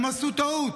הם עשו טעות,